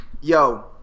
yo